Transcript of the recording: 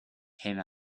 came